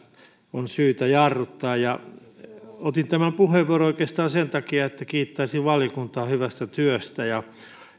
on syytä jarruttaa otin tämän puheenvuoron oikeastaan sen takia että kiittäisin valiokuntaa hyvästä työstä ja